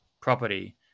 property